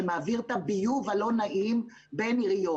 שמעביר את הביוב הלא נעים בין עיריות.